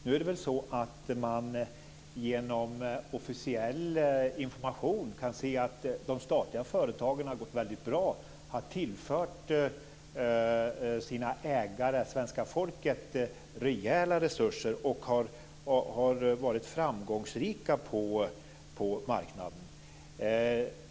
Nu kan man genom inofficiell information se att de statliga företagen har gått väldigt bra, att de har tillfört sina ägare, svenska folket, rejäla resurser och varit framgångsrika på marknaden.